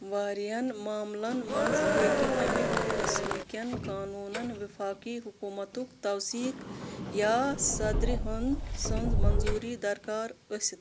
واریاہَن معاملَن منٛز ہٮ۪کہِ اَمہِ قٕسمہٕ کین قونوٗن وفٲقی حکوٗمتُک توثیق یا صدرِ ہُند سٕنٛز منظوٗری درکار ٲسِتھ